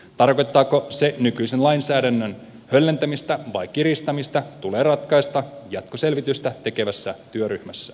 tarkoittaako se nykyisen lainsäädännön höllentämistä vai kiristämistä tulee ratkaista jatkoselvitystä tekevässä työryhmässä